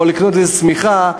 או לקנות איזה שמיכה,